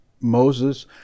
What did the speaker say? Moses